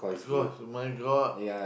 cause my-God